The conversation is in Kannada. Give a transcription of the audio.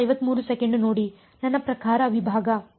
ನನ್ನ ಪ್ರಕಾರ ವಿಭಾಗ